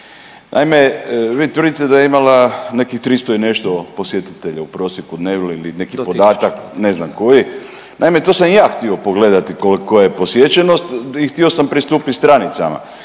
Naime, vi tvrdite da je imala nekih 300 i nešto posjetitelja u prosjeku dnevno ili neki podatak …/Upadica Pavliček: Do tisuću./… ne znam koji, naime to sam i ja htio pogledati koja je posjećenost i htio sam pristupit stranicama,